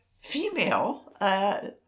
female